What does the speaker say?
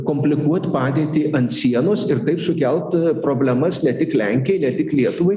komplikuot padėtį ant sienos ir taip sukelt problemas ne tik lenkijai ne tik lietuvai